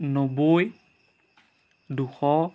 নব্বৈ দুশ